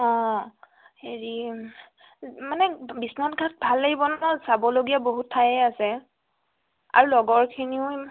অঁ হেৰি মানে বিশ্বনাথ ঘাট ভাল লাগিব ন চাবলগীয়া বহুত ঠায়ে আছে আৰু লগৰখিনিও